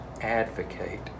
advocate